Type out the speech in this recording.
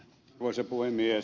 arvoisa puhemies